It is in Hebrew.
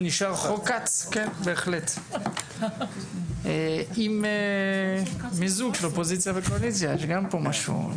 כן, עם מיזוג של אופוזיציה וקואליציה שגם זה משהו.